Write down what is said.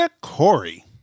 Corey